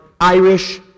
Irish